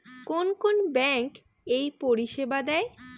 কোন কোন ব্যাঙ্ক এই পরিষেবা দেয়?